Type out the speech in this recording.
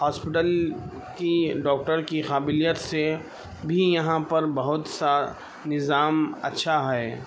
hospital کی doctor کی قابلیت سے بھی یہاں پر بہت سارا نظام اچھا ہے